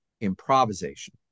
improvisation